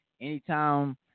anytime